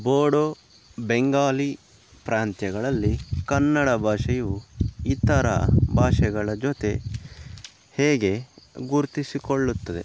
ಬೋಡೋ ಬೆಂಗಾಲಿ ಪ್ರಾಂತ್ಯಗಳಲ್ಲಿ ಕನ್ನಡ ಭಾಷೆಯು ಇತರ ಭಾಷೆಗಳ ಜೊತೆ ಹೇಗೆ ಗುರುತಿಸಿಕೊಳ್ಳುತ್ತದೆ